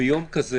ביום כזה